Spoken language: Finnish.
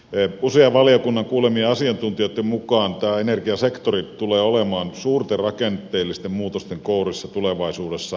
usean valiokunnan kuulemien asiantuntijoitten mukaan tämä energiasektori tulee olemaan suurten rakenteellisten muutosten kourissa tulevaisuudessa ja on jo nyt